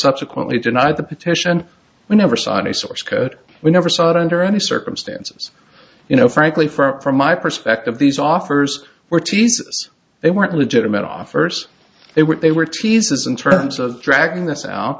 subsequently denied the petition we never saw any source code we never saw it under any circumstances you know frankly for from my perspective these offers were teases they weren't legitimate offers they were they were teases in terms of dragging this